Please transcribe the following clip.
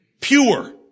pure